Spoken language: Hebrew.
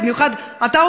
במיוחד אתה,